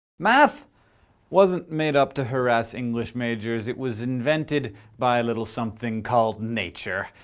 math wasn't made up to harass english majors. it was invented by a little something called, nature,